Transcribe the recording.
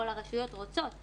כל הרשויות רוצות.